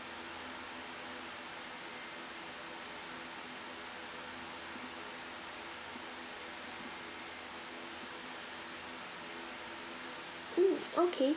mm okay